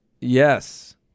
yes